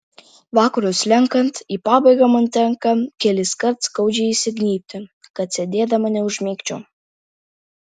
vakarui slenkant į pabaigą man tenka keliskart skaudžiai įsignybti kad sėdėdama neužmigčiau